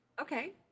Okay